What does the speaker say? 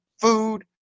food